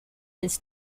his